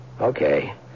Okay